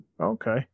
okay